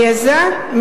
גזע,